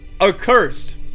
accursed